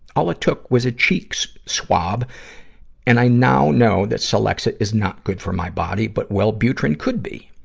all it took was a cheek so swab and i now know that so celexa is not good for my body, but wellbutrin could be.